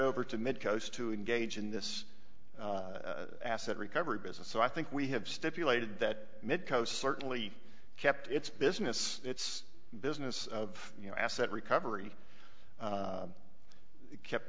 over to midcoast to engage in this asset recovery business so i think we have stipulated that medco certainly kept its business its business of you know asset recovery kept